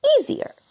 easier